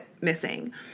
missing